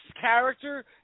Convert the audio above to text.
character